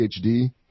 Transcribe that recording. PhD